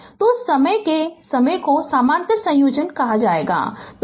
तो उस समय के समय को समानांतर संयोजन की तरह जाना होगा